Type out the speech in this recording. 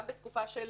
גם בתקופה של